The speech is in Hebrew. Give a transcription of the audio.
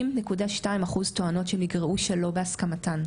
70 אחוז טוענות שהן נגרעו שלא בהסכמתן.